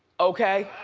okay.